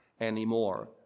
anymore